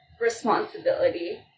responsibility